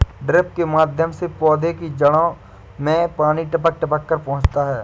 drip के माध्यम से पौधे की जड़ में पानी टपक टपक कर पहुँचता है